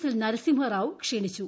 L Narasimha Rao ക്ഷണിച്ചു